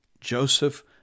Joseph